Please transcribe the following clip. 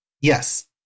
Yes